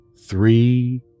three